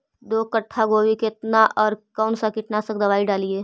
दो कट्ठा गोभी केतना और कौन सा कीटनाशक दवाई डालिए?